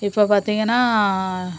இப்போ பார்த்தீங்கன்னா